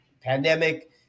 Pandemic